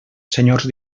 senyors